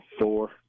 four